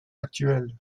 actuelle